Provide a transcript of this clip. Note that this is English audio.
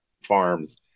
farms